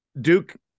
Duke